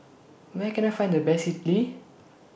Where Can I Find The Best Idili